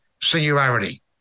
singularity